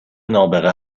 نابغه